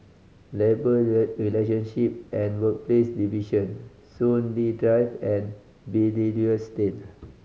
Labour Relationship and Workplaces Division Soon Lee Drive and Belilios Lane